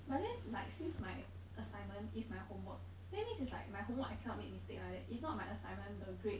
but then like since my assignment is my homework then mean it's like my homework I cannot mistake like that if not my assignment the grade